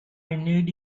need